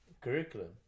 curriculum